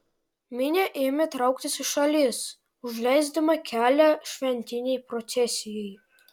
minia ėmė trauktis į šalis užleisdama kelią šventinei procesijai